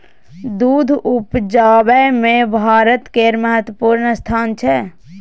दूध उपजाबै मे भारत केर महत्वपूर्ण स्थान छै